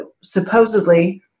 supposedly